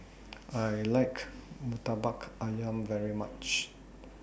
I like Murtabak Ayam very much